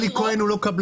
אלי כהן הוא לא קבלן.